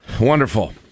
wonderful